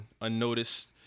unnoticed